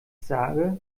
sage